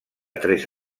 tres